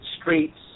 streets